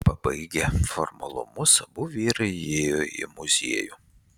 pabaigę formalumus abu vyrai įėjo į muziejų